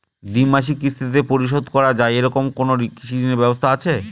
দ্বিমাসিক কিস্তিতে পরিশোধ করা য়ায় এরকম কোনো কৃষি ঋণের ব্যবস্থা আছে?